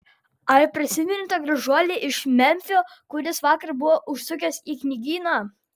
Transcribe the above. ar prisimeni tą gražuolį iš memfio kuris vakar buvo užsukęs į knygyną